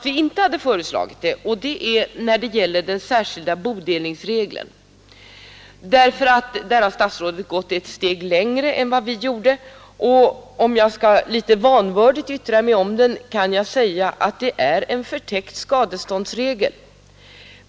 Vi hade inte föreslagit någon ändring, men statsrådet har alltså gått ett steg längre än vi gjorde. Om jag skall yttra mig litet vanvördigt om den regeln kan jag säga att den är en förtäckt skadeståndsregel.